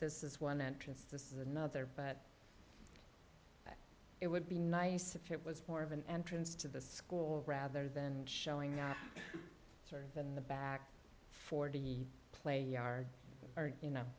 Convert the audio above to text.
this is one entrance this is another but it would be nice if it was more of an entrance to the school rather than showing up sort of in the back forty you play yard or you